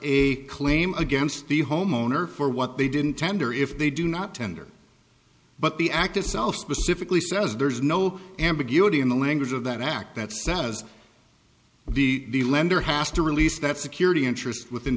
a claim against the homeowner for what they didn't tender if they do not tender but the act itself specifically says there's no ambiguity in the language of that act that says the lender has to release that security interest within